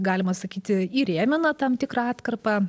galima sakyti įrėmina tam tikrą atkarpą